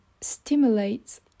stimulates